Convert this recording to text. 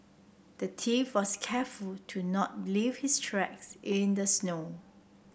the thief was careful to not leave his tracks in the snow